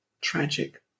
Tragic